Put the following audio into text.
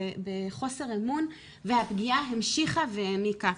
בחוסר אמון והפגיעה המשיכה והעמיקה.